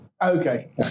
Okay